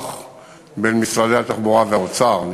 ויכוח בין משרדי התחבורה והאוצר,